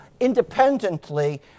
independently